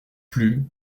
plumes